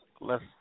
less